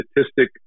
statistic